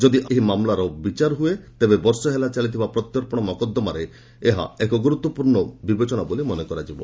ଯଦି ଆକି ଏହି ମାମଲାର ବିଚାର ହୁଏ ତେବେ ବର୍ଷେ ହେଲା ଚାଲିଥିବା ପ୍ରତ୍ୟାର୍ପଣ ମକଦ୍ଦମାରେ ଏକ ଗୁରୁତ୍ୱପୂର୍ଣ୍ଣ ବିବେଚନା ବୋଲି ମନେ କରାଯିବ